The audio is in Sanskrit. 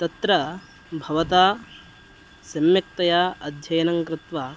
तत्र भवता सम्यक्तया अध्ययनं कृत्वा